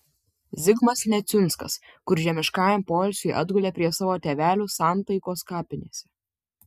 zigmas neciunskas kur žemiškajam poilsiui atgulė prie savo tėvelių santaikos kapinėse